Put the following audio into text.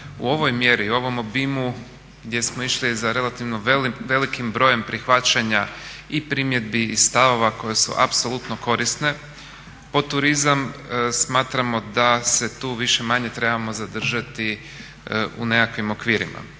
u ovoj mjeri u ovom obimu gdje smo išli za relativno velikim brojem prihvaćanja i primjedbi i stavova koji su apsolutno korisne po turizam, smatramo da se tu više-manje trebamo zadržati u nekakvim okvirima,